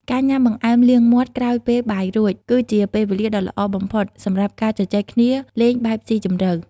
ការញ៉ាំបង្អែមលាងមាត់ក្រោយពេលបាយរួច គឺជាពេលវេលាដ៏ល្អបំផុតសម្រាប់ការជជែកគ្នាលេងបែបស៊ីជម្រៅ។